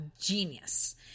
genius